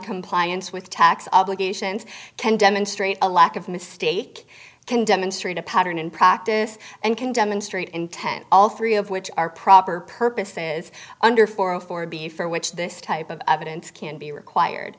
noncompliance with tax on legations can demonstrate a lack of mistake can demonstrate a pattern in practice and can demonstrate intent all three of which are proper purposes under four of four b for which this type of evidence can be required